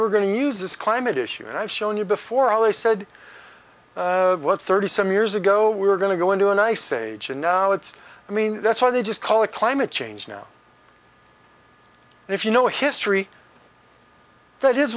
were going to use this climate issue and i've shown you before ali said what thirty some years ago we were going to go into an ice age and now it's i mean that's why they just call it climate change now if you know history that is